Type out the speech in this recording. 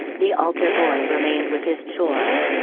the altar boy remained with his chores.